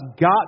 got